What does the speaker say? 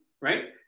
right